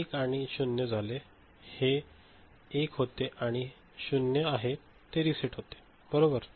तर 1 आणि 0 झाले हे 1 होते आणि 0 आहे ते रीसेट होते बरोबर